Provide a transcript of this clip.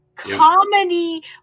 comedy